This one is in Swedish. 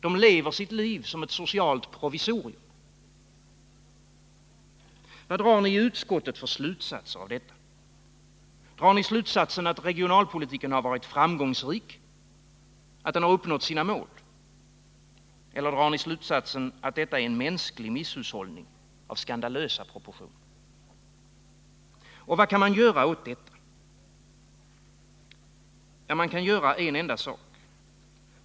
De lever sitt liv som ett socialt provisorium. Vad drar ni i utskottet för slutsatser av detta? Drar ni slutsatsen att regionalpolitiken varit framgångsrik, att den har uppnått sina mål? Eller drar ni slutsatsen att detta är en mänsklig misshushållning av skandalösa proportioner? Och vad kan man göra åt detta? Man kan göra en enda sak.